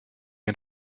and